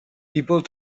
people